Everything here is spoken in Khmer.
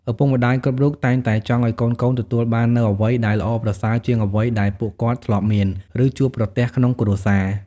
ឪពុកម្ដាយគ្រប់រូបតែងតែចង់ឲ្យកូនៗទទួលបាននូវអ្វីដែល ល្អប្រសើរជាងអ្វីដែលពួកគាត់ធ្លាប់មាន ឬជួបប្រទះក្នុងជីវិត។